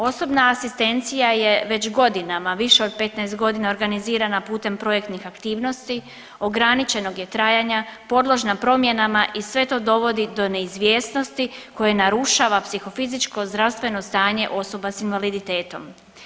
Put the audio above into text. Osobna asistencija je već godinama više od 15 godina organizira putem projektnih aktivnosti, ograničenog je trajanja, podložna promjenama i sve to dovodi do neizvjesnosti koje narušava psihofizičko zdravstveno stanje osoba s invaliditetom.